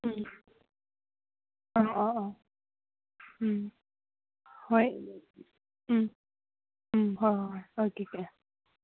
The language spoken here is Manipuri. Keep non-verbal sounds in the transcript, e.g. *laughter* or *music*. ꯎꯝ ꯑꯣ ꯑꯣ ꯑꯣ ꯎꯝ ꯍꯣꯏ ꯎꯝ ꯎꯝ ꯍꯣꯏ ꯍꯣꯏ ꯍꯣꯏ ꯑꯣꯀꯦ *unintelligible*